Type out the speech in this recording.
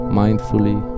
mindfully